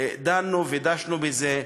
דנו ודשנו בזה,